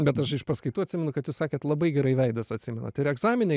bet aš iš paskaitų atsimenu kad jūs sakėt labai gerai veidus atsimenat ir egzamine